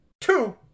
Two